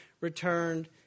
returned